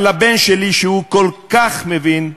אבל לבן שלי, שהוא כל כך מבין,